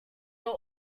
your